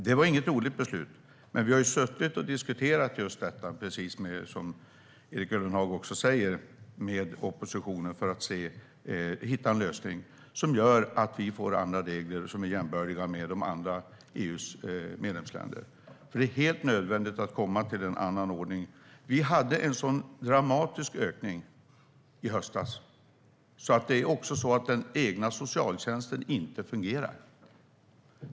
Det var inget roligt beslut, men precis som Erik Ullenhag säger har vi diskuterat detta med oppositionen för att hitta en lösning som innebär att vi får regler som är jämbördiga med dem som finns i EU:s andra medlemsländer. Det är helt nödvändigt att komma till en annan ordning. Vi hade en så dramatisk ökning i höstas att socialtjänsten inte fungerar.